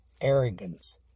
arrogance